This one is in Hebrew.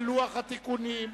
להצביע,